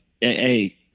hey